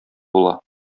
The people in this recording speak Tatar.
була